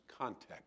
context